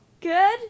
Good